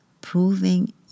proving